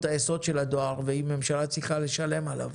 היסוד של הדואר ואם הממשלה צריכה לשלם עליו.